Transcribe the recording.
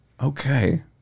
Okay